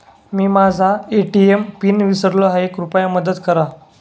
मी माझा ATM PIN विसरलो आहे, कृपया मदत करा